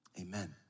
Amen